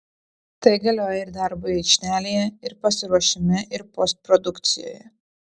tai galioja ir darbui aikštelėje ir pasiruošime ir postprodukcijoje